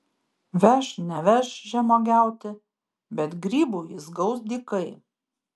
veš neveš žemuogiauti bet grybų jis gaus dykai